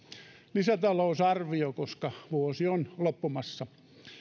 lisätalousarvio koska vuosi on loppumassa